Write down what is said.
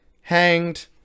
Hanged